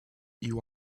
you